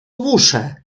muszę